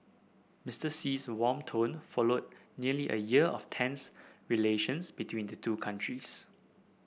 Mister Xi's warm tone followed nearly a year of tense relations between the two countries